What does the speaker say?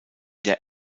der